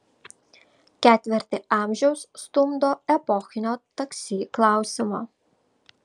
ketvirtį amžiaus stumdo epochinio taksi klausimo